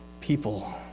people